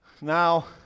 Now